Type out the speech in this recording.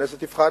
הכנסת תבחן,